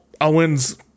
Owen's